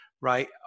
right